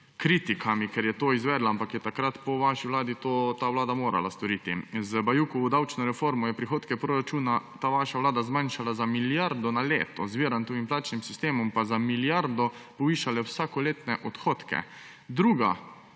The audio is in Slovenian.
kritikami, ker je to izvedla, ampak je po vaši vladi to ta vlada morala storiti. Z Bajukovo davčno reformo je prihodke proračuna ta vaša vlada zmanjšala za milijardo na leto, z Virantovim plačnim sistemom pa za milijardo povišala vsakoletne odhodke. Druga